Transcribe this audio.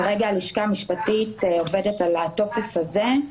כרגע הלשכה המשפטית עובדת על הטופס הזה,